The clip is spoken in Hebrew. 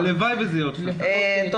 הלוואי וזה יהיה עוד שנתיים.